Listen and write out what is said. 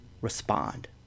respond